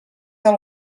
del